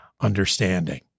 understanding